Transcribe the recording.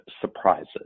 surprises